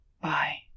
Bye